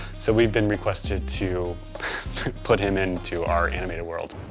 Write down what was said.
so we've been requested to put him into our animated world.